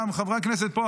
גם חברי הכנסת פה,